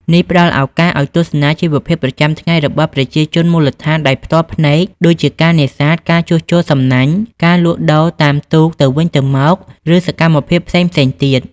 នេះផ្ដល់ឱកាសឱ្យទស្សនាជីវភាពប្រចាំថ្ងៃរបស់ប្រជាជនមូលដ្ឋានដោយផ្ទាល់ភ្នែក ដូចជាការនេសាទ ការជួសជុលសំណាញ់ ការលក់ដូរតាមទូកទៅវិញទៅមក ឬសកម្មភាពផ្សេងៗទៀត។